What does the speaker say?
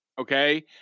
Okay